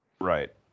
right